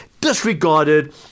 disregarded